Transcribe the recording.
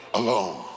alone